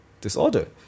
disorder